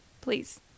Please